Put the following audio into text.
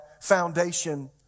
foundation